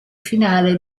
finale